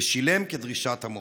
ושילם כדרישת המוכר.